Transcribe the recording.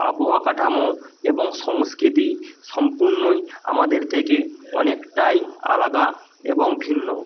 আবহাওয়া কাঠামো এবং সংস্কৃতি সম্পূর্ণই আমাদের থেকে অনেকটাই আলাদা এবং ভিন্ন